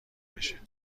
بشه